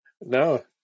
No